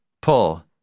pull